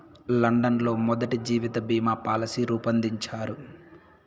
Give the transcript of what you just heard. London లో మొదటి జీవిత బీమా పాలసీ రూపొందించారు